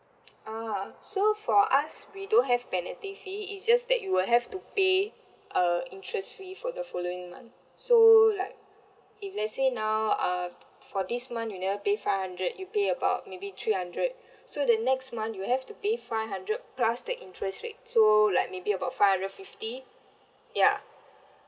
ah so for us we don't have penalty fee it's just that you will have to pay a interest fee for the following month so like if let's say now uh for this month you never pay five hundred you pay about maybe three hundred so the next month you have to pay five hundred plus the interest rate so like maybe about five hundred fifty ya